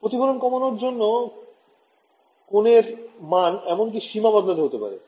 প্রতিফলন কমানোর জন্য কোনের মান এমনকি সীমা শর্ত বদলাতে হবে